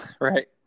Right